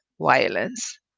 violence